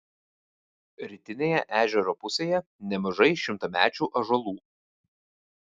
rytinėje ežero pusėje nemažai šimtamečių ąžuolų